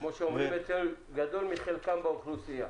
כמו שאומרים אצלנו, גדול מחלקם באוכלוסייה.